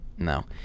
No